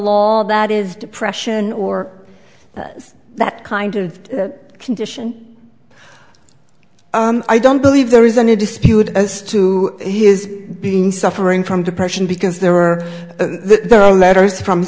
law that is depression or that kind of condition i don't believe there isn't a dispute as to he has been suffering from depression because there are there are letters from